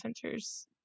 centers